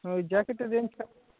ও ওই জ্যাকেটের রেঞ্জটা